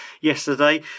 yesterday